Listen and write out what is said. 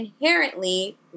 inherently